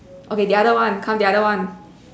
okay the other one come the other one